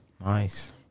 Nice